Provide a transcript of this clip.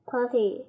Party